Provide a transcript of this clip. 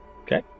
Okay